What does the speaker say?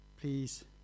Please